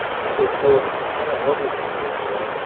so for a beginner overview video,